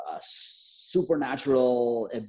supernatural